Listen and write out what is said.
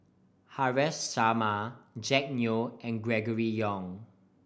Haresh Sharma Jack Neo and Gregory Yong